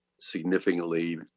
significantly